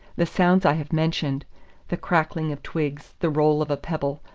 the sounds i have mentioned the crackling of twigs, the roll of a pebble,